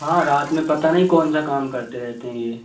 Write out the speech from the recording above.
हाँ रात में पता नहीं कौन सा काम करते रहते हैं ये